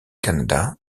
canada